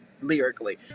lyrically